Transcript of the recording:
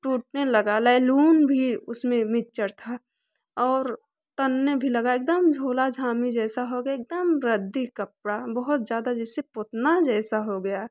टूटने लगा लैलून भी उसमें मिच्चर था और तनने भी लगा एकदम झोला झामी जैसा हो गया एकदम रद्दी कपड़ा बहुत ज़्यादा जैसे पोतना जैसा हो गया